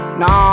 no